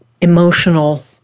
emotional